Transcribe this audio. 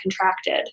contracted